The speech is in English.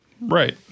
Right